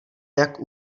jak